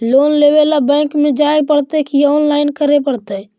Loan लेवे ल bank में जाय पड़तै कि औनलाइन करे पड़तै?